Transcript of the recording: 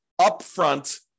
upfront